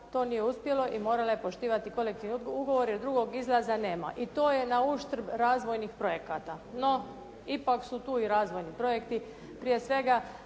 to nije uspjelo i morala je poštivati kolektivni ugovor, jer drugog izlaza nema. I to je na uštrb razvojnih projekata. No, ipak su tu i razvojni projekti, prije svega